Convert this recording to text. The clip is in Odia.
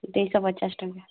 ଦୁଇ ଶହ ପଚାଶ ଟଙ୍କା